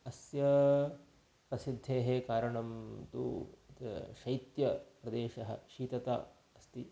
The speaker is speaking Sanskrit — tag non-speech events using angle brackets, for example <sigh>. अस्य प्रसिद्धेः कारणं तु <unintelligible> शैत्यप्रदेशः शीतता अस्ति